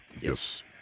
Yes